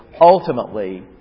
ultimately